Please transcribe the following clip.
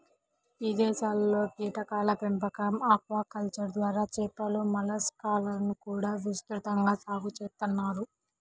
ఇదేశాల్లో కీటకాల పెంపకం, ఆక్వాకల్చర్ ద్వారా చేపలు, మలస్కాలను కూడా విస్తృతంగా సాగు చేత్తన్నారు